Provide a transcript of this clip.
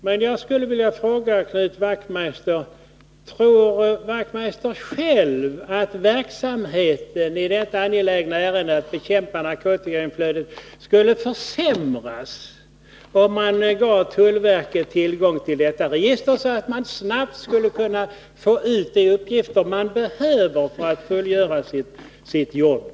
Men jag skulle vilja fråga: Tror Knut Wachtmeister att verksamheten i detta angelägna ärende — att bekämpa narkotikainflödet — skulle försämras, om tullverket fick tillgång till detta register, så att man där snabbt skulle kunna få de uppgifter man behöver för att fullgöra sitt jobb?